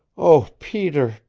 oh, peter,